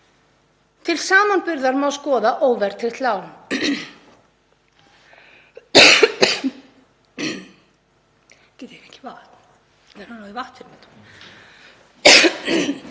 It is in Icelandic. Til samanburðar má skoða óverðtryggt lán.